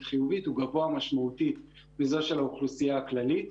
חיובית הוא גבוה משמעותית מזה של האוכלוסייה הכללית.